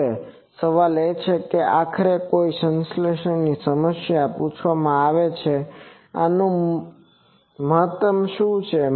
હવે સવાલ એ છે કે આખરે કોઈ સંશ્લેષણની સમસ્યામાં પૂછવામાં આવે છે કે આનું મહત્તમ શું છે